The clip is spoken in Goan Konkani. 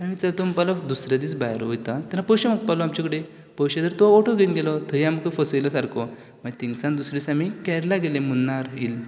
आनी चल तो म्हणपाक लागलो दुसरे दीस भायर वयता तेन्ना पयशे मागपाक लागलो आमचे कडेन पैशे तो ओटो घेवन गेलो थंय आमकां फसयलो सारको मागीर थिंगसान दुसरे दीस आमी केरळा गेले मुन्नार हील